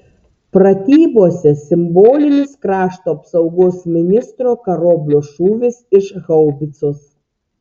pratybose simbolinis krašto apsaugos ministro karoblio šūvis iš haubicos